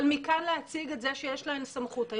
אבל מכאן להציג את זה שיש להן סמכות?